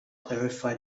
clarify